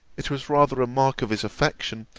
it was rather a mark of his affection,